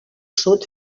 sud